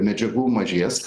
medžiagų mažės